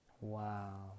Wow